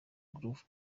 groove